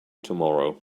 tomorrow